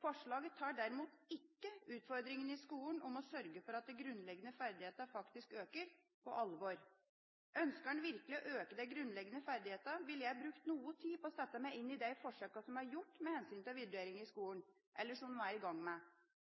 Forslaget tar derimot ikke på alvor utfordringen i skolen om å sørge for at de grunnleggende ferdighetene faktisk øker. Ønsker man virkelig å øke de grunnleggende ferdighetene, ville jeg brukt noe tid på å sette meg inn i de forsøkene som er gjort, eller som de er i gang med,